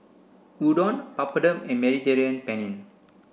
Udon Papadum and Mediterranean Penne